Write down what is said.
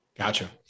Gotcha